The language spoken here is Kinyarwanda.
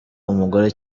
umugore